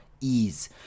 ease